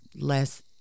less